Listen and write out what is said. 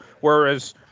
Whereas